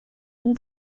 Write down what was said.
all